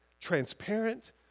transparent